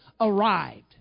arrived